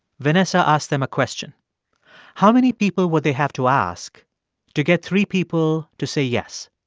vanessa asked them a question how many people would they have to ask to get three people to say yes?